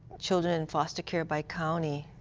children in foster care by county,